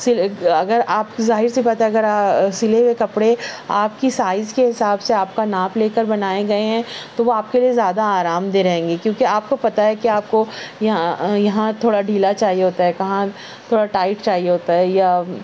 سل اگر آپ ظاہر سی بات ہے اگر سلے ہوئے کپڑے آپ کی سائز کے حساب سے آپ کا ناپ لے کر بنائے گئے ہیں تو وہ آپ کے لیے زیادہ آرام دہ رہیں گے کیونکہ آپ کو پتہ ہے کہ آپ کو یہاں یہاں تھوڑا ڈھیلا چاہیے ہوتا ہے کہاں تھوڑا ٹائٹ چاہیے ہوتا ہے یا